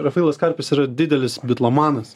rafailas karpis yra didelis bitlomanas